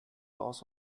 loss